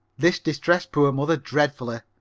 this distressed poor mother dreadfully.